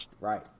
Right